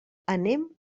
anem